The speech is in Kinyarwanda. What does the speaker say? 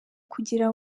kugira